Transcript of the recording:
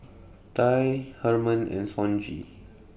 Tye Herman and Sonji